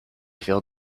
feel